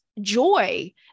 joy